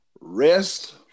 rest